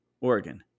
Oregon